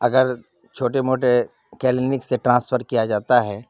اگر چھوٹے موٹے کلینک سے ٹرانسفر کیا جاتا ہے